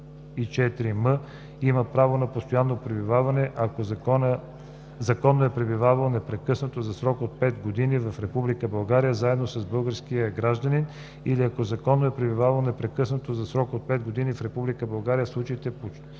24м, има право на постоянно пребиваване, ако законно е пребивавал непрекъснато за срок 5 години в Република България заедно с българския гражданин или ако законно е пребивавал непрекъснато за срок 5 години в Република